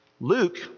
Luke